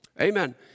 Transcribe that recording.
Amen